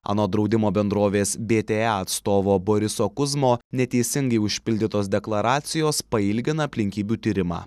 anot draudimo bendrovės bta atstovo boriso kuzmo neteisingai užpildytos deklaracijos pailgina aplinkybių tyrimą